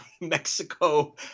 Mexico